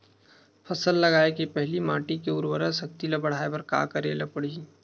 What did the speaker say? फसल लगाय के पहिली माटी के उरवरा शक्ति ल बढ़ाय बर का करेला पढ़ही?